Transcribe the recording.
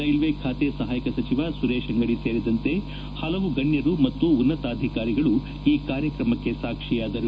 railway ಖಾತೆ ಸಹಾಯಕ ಸಚಿವ ಸುರೇಶ್ ಅಂಗದಿ ಸೇರಿದಂತೆ ಹಲವು ಗಣ್ಯರು ಮತ್ತು ಉನ್ನತಾಧಿಕಾರಿಗಳು ಈ ಕಾರ್ಯಕ್ರಮಕ್ಕೆ ಸಾಕ್ಷಿಯಾದರು